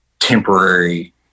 temporary